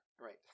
Right